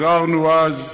הזהרנו אז,